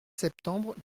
septembre